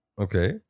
Okay